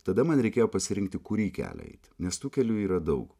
tada man reikėjo pasirinkti kurį kelią eiti nes tų kelių yra daug